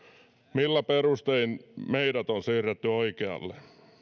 millä perustein meidät on siirretty oikealle